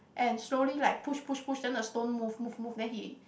and slowly like push push push then the stone move move move then he